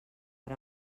per